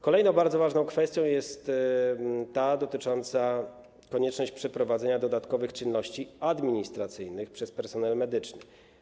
Kolejną bardzo ważną kwestią jest ta dotycząca konieczności przeprowadzenia dodatkowych czynności administracyjnych przez personel medyczny.